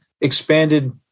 expanded